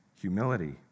humility